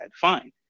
fine